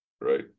right